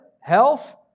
health